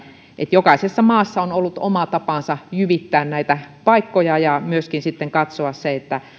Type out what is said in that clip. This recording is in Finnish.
jokaisessa maassa on ollut oma tapansa jyvittää näitä paikkoja ja myöskin katsoa se että